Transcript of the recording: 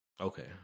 Okay